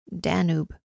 Danube